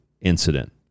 incident